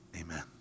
amen